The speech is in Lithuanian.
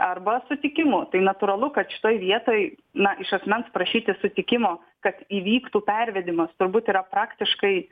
arba sutikimu tai natūralu kad šitoj vietoj na iš asmens prašyti sutikimo kad įvyktų pervedimas turbūt yra praktiškai